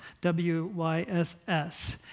W-Y-S-S